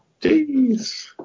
Jeez